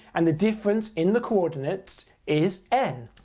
and the difference in the coordinates is n.